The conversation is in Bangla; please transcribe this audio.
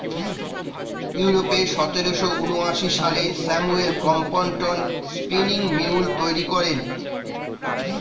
ইউরোপে সতেরোশো ঊনআশি সালে স্যামুয়েল ক্রম্পটন স্পিনিং মিউল তৈরি করেন